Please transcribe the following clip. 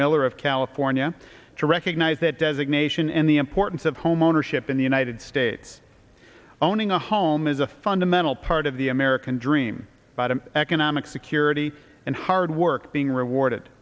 miller of california to recognize that designation and the importance of homeownership in the united states owning a home is a fundamental part of the american dream by the economic security and hard work being rewarded